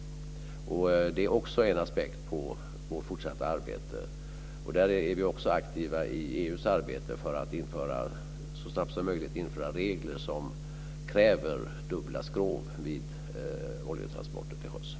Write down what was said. Det är också en aspekt på vårt fortsatta arbete. Där är vi också aktiva inom EU för att så snabbt som möjligt införa regler som kräver dubbla skrov vid oljetransporter till sjöss.